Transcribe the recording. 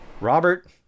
Robert